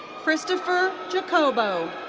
christopher jacobo.